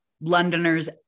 londoners